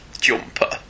jumper